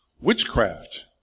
Witchcraft